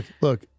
look